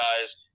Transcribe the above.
guys